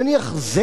נניח,